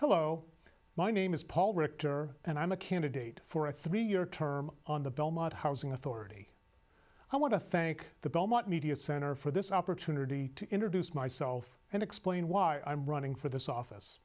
hello my name is paul richter and i'm a candidate for a three year term on the belmont housing authority i want to thank the belmont media center for this opportunity to introduce myself and explain why i'm running for th